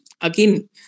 again